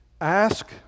Ask